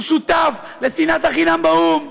הוא שותף לשנאת החינם באו"ם,